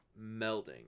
melding